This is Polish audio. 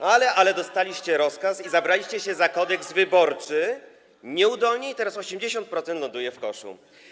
No, ale dostaliście rozkaz i zabraliście się za Kodeks wyborczy nieudolnie, i teraz 80% ląduje w koszu.